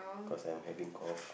cause I'm having cough